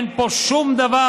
אין פה שום דבר.